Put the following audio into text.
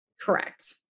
Correct